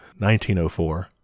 1904